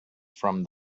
from